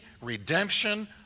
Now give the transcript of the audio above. redemption